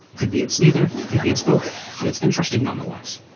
could be it's neither, could be it's both, but it's interesting nonetheless.